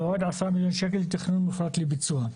ועוד 10 מיליון שקל לתכנון מפורט לביצוע.